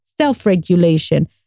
self-regulation